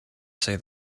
say